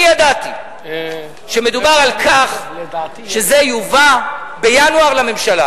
אני ידעתי שמדובר על כך שזה יובא בינואר לממשלה,